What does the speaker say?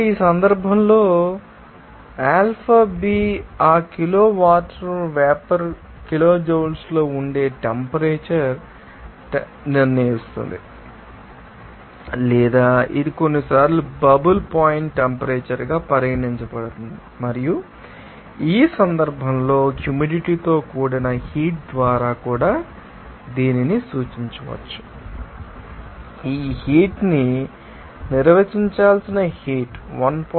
ఇక్కడ ఈ సందర్భంలో λb ఆ కిలో వాటర్ వేపర్ కిలోజౌల్స్లో ఉండే టెంపరేచర్ టెంపరేచర్ ను నిర్ణయిస్తుంది లేదా ఇది కొన్నిసార్లు బబుల్ పాయింట్ టెంపరేచర్ గా పరిగణించబడుతుంది మరియు ఈ సందర్భంలో హ్యూమిడిటీ తో కూడిన హీట్ ద్వారా కూడా దీనిని సూచించవచ్చు ఈ హీట్ ని నిర్వచించాల్సిన హీట్ 1